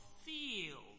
feel